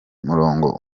murongo